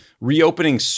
reopening